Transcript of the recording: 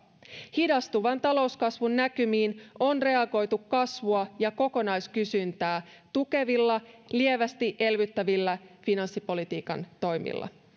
hidastuvan talouskasvun näkymiin on reagoitu kasvua ja kokonaiskysyntää tukevilla lievästi elvyttävillä finanssipolitiikan toimilla